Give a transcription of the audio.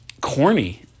corny